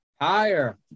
Higher